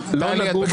חלילה וחס,